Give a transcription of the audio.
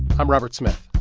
i'm robert smith.